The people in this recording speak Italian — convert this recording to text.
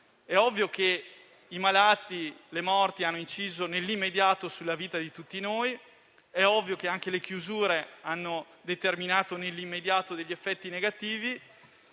È ovvio che i malati e le morti hanno inciso nell'immediato sulla vita di tutti noi ed è ovvio che anche le chiusure hanno determinato nell'immediato degli effetti negativi;